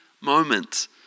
moment